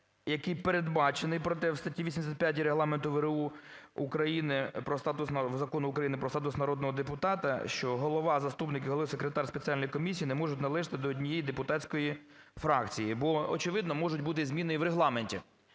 який передбачений про те в статті 85 Регламенту ВРУ України, про статус… Закону України про статус народного депутата, що голова, заступник голови і секретар спеціальної комісії не можуть належати до однієї депутатської фракції. Бо, очевидно, можуть бути зміни і в Регламенті.